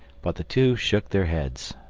but the two shook their heads.